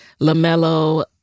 LaMelo